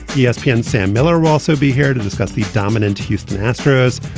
yeah espn and sam miller will also be here to discuss the dominant houston astros.